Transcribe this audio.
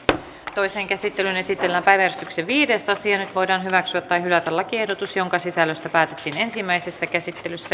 toiseen käsittelyyn esitellään päiväjärjestyksen viides asia nyt voidaan hyväksyä tai hylätä lakiehdotus jonka sisällöstä päätettiin ensimmäisessä käsittelyssä